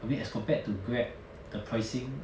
I mean as compared to Grab the pricing